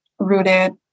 rooted